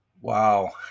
Wow